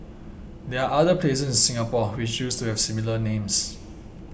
there're other places in Singapore which used to have similar names